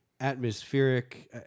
atmospheric